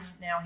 now